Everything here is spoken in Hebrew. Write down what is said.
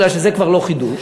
כי זה כבר לא חידוש,